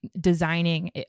designing